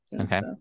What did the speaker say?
Okay